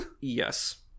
yes